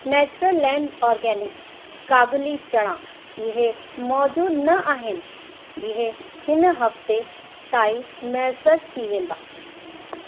Natureland organic kabuli chana इहे मौजूद न आहिनि इहे हिन हफ़्ते ताईं मैसर थी वेंदा